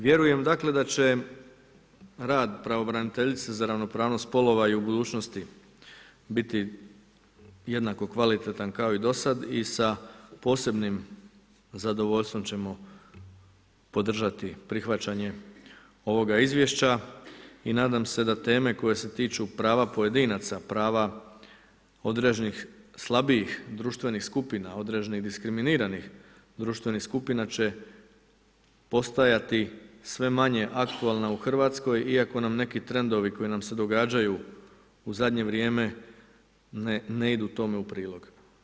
Vjerujem dakle da će rad pravobraniteljice za ravnopravnost spolova i u budućnosti biti jednako kvalitetan kao i do sad i sa posebnim zadovoljstvom ćemo podržati prihvaćanje ovoga izvješća i nadam se da teme koje se tiču prava pojedinaca, prava određenih slabijih društvenih skupina, određenih diskriminiranih društvenih skupina će postajati sve manje aktualna u Hrvatskoj, iako nam neki trendovi koji nam se događaju u zadnje vrijeme ne idu tome u prilog.